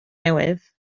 newydd